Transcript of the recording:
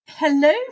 Hello